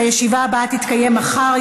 הישיבה הבאה תתקיים מחר,